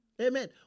Amen